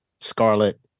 Scarlet